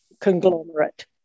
conglomerate